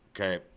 Okay